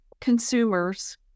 consumers